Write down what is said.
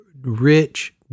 rich